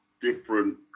different